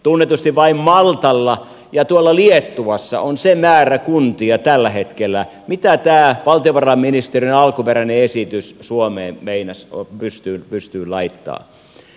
tunnetusti vain maltalla ja liettuassa on se määrä kuntia tällä hetkellä mitä tämä valtiovarainministeriön alkuperäinen esitys suomeen meinasi pystyyn laittaa